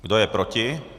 Kdo je proti?